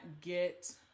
get